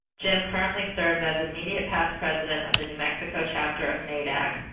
jim currently serves as immediate past president of the new mexico chapter of nadac,